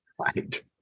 Right